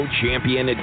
champion